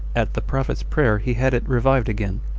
at the prophet's prayer he had it revived again.